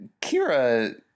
Kira